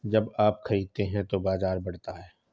जब आप खरीदते हैं तो बाजार बढ़ता है